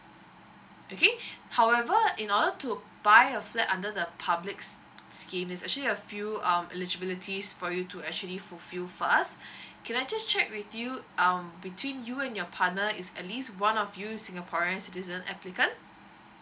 okay however in order to buy a flat under the public scheme is actually a few um eligibilities for you to actually fulfill first can I just check with you um between you and your partner is at least one of you singaporean citizen applicant